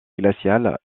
glaciale